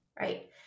right